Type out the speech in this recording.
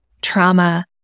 trauma